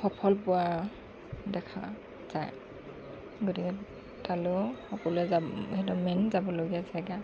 সফল পোৱা দেখা যায় গতিকে তালৈও সকলোৱে যা সেইটো মেইন যাবলগীয়া জেগা